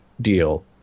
deal